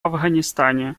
афганистане